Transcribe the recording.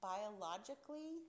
Biologically